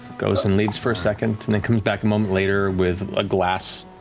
goes and leaves for a second, and he comes back a moment later with a glass.